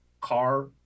car